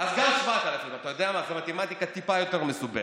קח 7,000. אתה יודע מה, מתמטיקה טיפה יותר מסובכת,